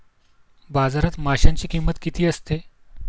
बाजारात माशांची किंमत किती असते?